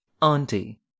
Auntie